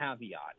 caveat